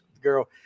girl